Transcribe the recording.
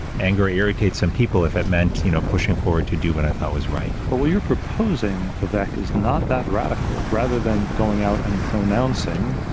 angry irritate some people, if that meant, you know, pushing forward to do what i thought was right. but what you're proposing, vivek, is not that radical, rather than going out and pronouncing,